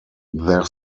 their